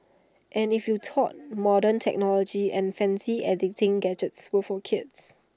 and if you thought modern technology and fancy editing gadgets were for kids